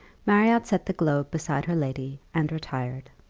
marriott set the globe beside her lady, and retired.